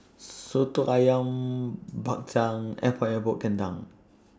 Soto Ayam Bak Chang Epok Epok Kentang